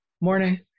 morning